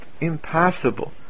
impossible